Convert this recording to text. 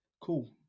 Cool